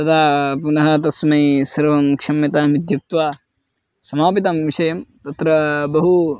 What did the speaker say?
तदा पुनः तस्मै सर्वं क्षम्यताम् इत्युक्त्वा समापितं विषयं तत्र बहु